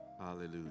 Hallelujah